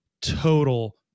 total